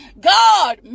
God